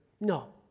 No